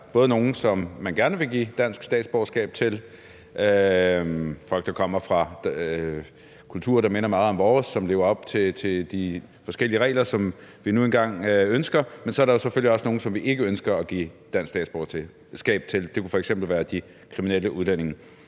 både er nogle, som man gerne vil give dansk statsborgerskab til – folk, der kommer fra kulturer, der minder meget om vores egen, og som lever op til de forskellige regler, som vi nu engang ønsker – men så er der selvfølgelig også nogle, som vi ikke ønsker at give dansk statsborgerskab til. Det kunne f.eks. være de kriminelle udlændinge.